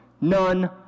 none